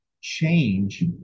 change